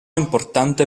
importante